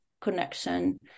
connection